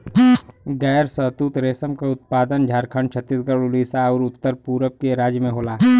गैर शहतूत रेशम क उत्पादन झारखंड, छतीसगढ़, उड़ीसा आउर उत्तर पूरब के राज्य में होला